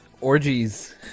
orgies